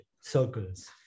circles